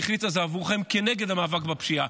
והיא החליטה עבורכם כנגד המאבק בפשיעה.